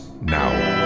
now